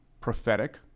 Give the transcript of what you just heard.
prophetic